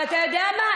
ואתה יודע מה,